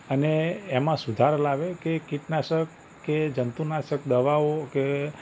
અને એમાં સુધાર લાવે કે કીટનાશક કે જંતુનાશક દવાઓ કે